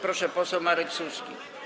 Proszę, poseł Marek Suski.